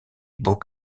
beaux